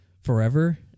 forever